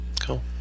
Cool